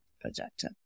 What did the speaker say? projector